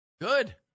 Good